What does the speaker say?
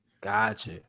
Gotcha